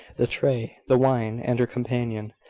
the tray, the wine, and her companion.